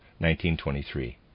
1923